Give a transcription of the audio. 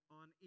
on